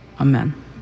Amen